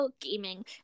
gaming